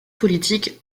politique